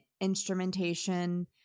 instrumentation